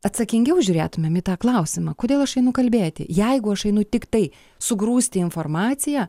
atsakingiau žiūrėtumėm į tą klausimą kodėl aš einu kalbėti jeigu aš einu tiktai sugrūsti informaciją